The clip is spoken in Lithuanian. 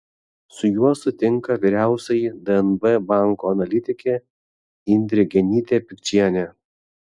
su juo sutinka vyriausioji dnb banko analitikė indrė genytė pikčienė